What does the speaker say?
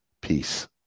peace